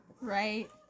Right